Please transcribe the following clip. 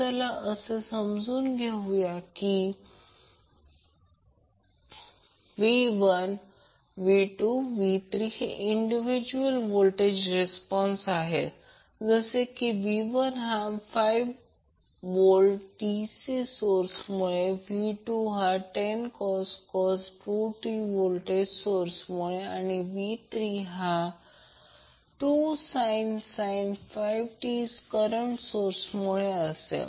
चला असे समजून घ्या v1 v2 v3 हे इंडिविजुअल व्होल्टेज रिस्पॉन्स आहे जसे की v1 हा 5V DC सोर्समुळे v2 हा 10cos 2t व्होल्टेज सोर्समुळे आणि v3 आणि हा 2sin 5t करंट सोर्समुळे असेल